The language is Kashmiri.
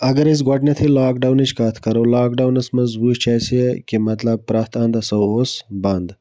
اَگر أسۍ گۄڈٕنیھٕے لاکڈَونٕچ کَتھ کرو لاکڈونَس منٛز وٕچھ اَسہِ کہِ مطلب پرٛٮ۪تھ اَندٕ ہسا اوس بَند